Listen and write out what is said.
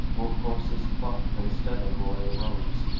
wore coarsest cloth instead of royal robes,